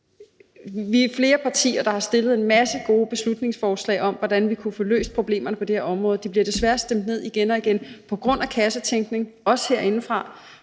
Vi er flere partier, der har stillet en masse gode beslutningsforslag om, hvordan vi kunne få løst problemerne på det her område. De bliver desværre stemt ned igen og igen på grund af kassetænkning, også herindefra,